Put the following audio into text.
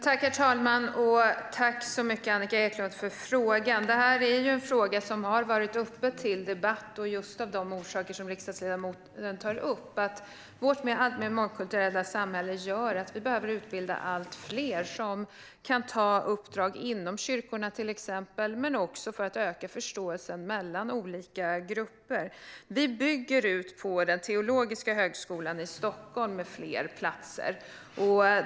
Herr talman! Tack så mycket, Annika Eclund, för frågan! Detta är en fråga som har varit uppe till debatt just av de orsaker som riksdagsledamoten tar upp. Vårt alltmer mångkulturella samhälle gör att vi behöver utbilda allt fler som kan ta uppdrag inom kyrkorna, till exempel. Men det handlar också om att öka förståelsen mellan olika grupper. Vi bygger ut den teologiska högskolan i Stockholm med fler platser.